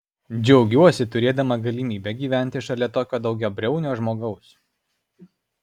džiaugiuosi turėdama galimybę gyventi šalia tokio daugiabriaunio žmogaus